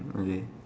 okay